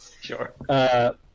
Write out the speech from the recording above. Sure